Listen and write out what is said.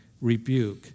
rebuke